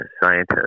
scientist